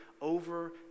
over